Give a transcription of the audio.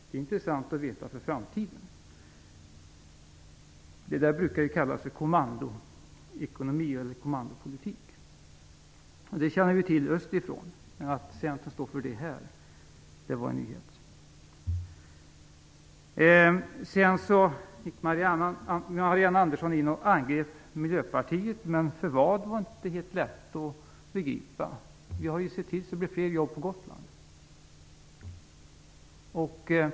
Det är intressant att veta för framtiden. Sådant här brukar kallas för kommandoekonomi/kommandopolitik, och det känner vi till österifrån. Att Centern står för det här var dock en nyhet. Marianne Andersson angrep Miljöpartiet - för vad var inte helt lätt att begripa. Vi har ju sett till att det blir fler jobb på Gotland.